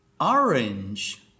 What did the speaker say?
orange